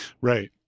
Right